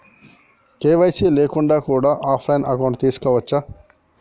KYC లేకుండా కూడా offline account తీసుకోవచ్చా?